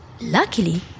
Luckily